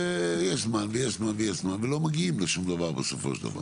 שיש זמן ויש זמן ויש זמן ולא מגיעים לשום דבר בסופו של דבר.